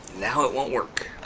now it won't work.